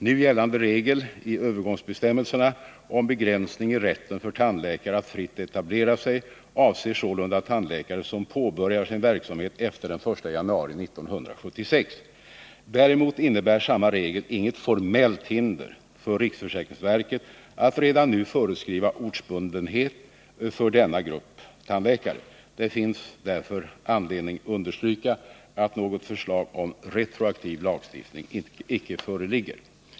Nu gällande regel i övergångsbestämmelserna om begränsning i rätten för tandläkare att fritt etablera sig avser sålunda tandläkare som påbörjar sin verkasmhet efter den 1 januari 1976. Däremot innebär samma regel inget formellt hinder för riksförsäkringsverket att redan nu föreskriva ortsbundenhet för denna grupp tandläkare. Det finns därför anledning understryka att något förslag om retroaktiv lagstiftning inte föreligger.